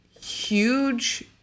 huge